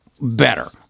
better